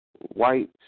white